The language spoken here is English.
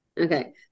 Okay